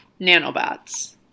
nanobots